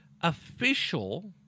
official